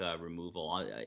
removal